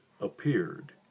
appeared